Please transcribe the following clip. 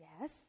Yes